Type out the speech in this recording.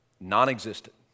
non-existent